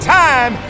time